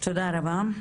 תודה רבה.